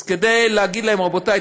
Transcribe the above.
אז כדי להגיד להם: רבותי,